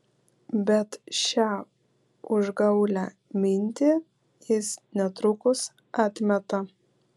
bet šią užgaulią mintį jis netrukus atmeta